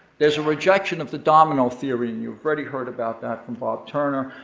there's a rejection of the domino theory, and you've already heard about that from bob turner,